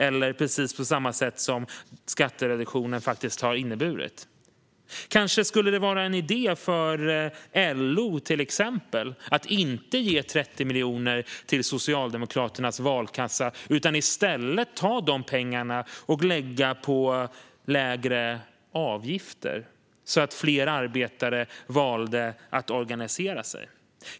Det är ju detta som skattereduktionen har inneburit. Kanske skulle det kunna vara en idé för LO att inte ge 30 miljoner till Socialdemokraternas valkassa utan i stället lägga pengarna på lägre avgifter, så att fler arbetare väljer att organisera sig?